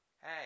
hey